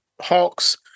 Hawks